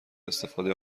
استفاده